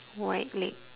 white leg